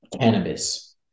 cannabis